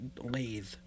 lathe